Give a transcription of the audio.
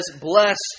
blessed